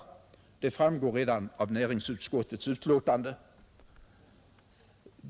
Det framgår redan av näringsutskottets betänkande.